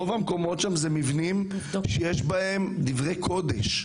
רוב המקומות שם זה מבנים שיש בהם דברי קודש,